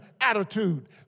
attitude